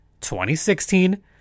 2016